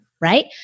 right